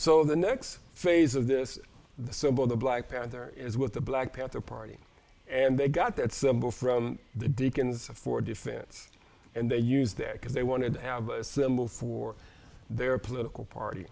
so the next phase of this the symbol the black panther is with the black panther party and they got that symbol from the deacons for defense and they used their because they wanted to have a symbol for their political party